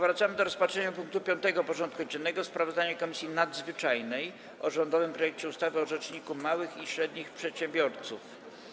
Powracamy do rozpatrzenia punktu 5. porządku dziennego: Sprawozdanie Komisji Nadzwyczajnej o rządowym projekcie ustawy o Rzeczniku Małych i Średnich Przedsiębiorców.